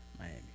Miami